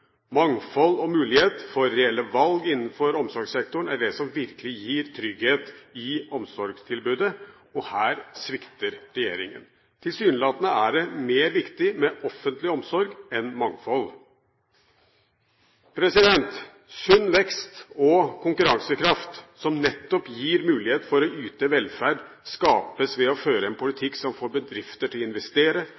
Mangfold og mulighet for reelle valg innenfor omsorgssektoren er det som virkelig gir trygghet i omsorgstilbudet, og her svikter regjeringen. Tilsynelatende er det mer viktig med offentlig omsorg enn mangfold. Sunn vekst og konkurransekraft, som nettopp gir mulighet for å yte velferd, skapes ved å føre en